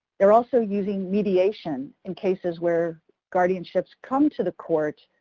they're also using mediations in cases where guardianships come to the court.